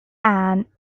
and